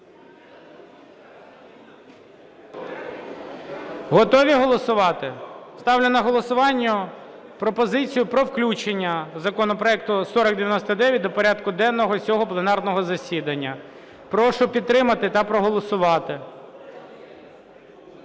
Готові голосувати? Ставлю на голосування пропозицію про включення законопроекту 4099 до порядку денного цього пленарного засідання. Прошу підтримати та проголосувати.